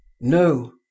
No